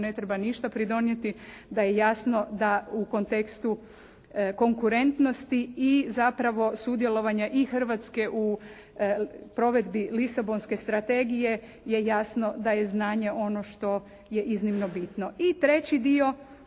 ne treba ništa pridonijeti, da je jasno da u kontekstu konkurentnosti i zapravo sudjelovanja i hrvatske u provedbi lisabonske strategije je jasno da je znanje ono što je iznimno bitno. I treći dio